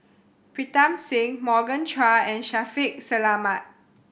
Pritam Singh Morgan Chua and Shaffiq Selamat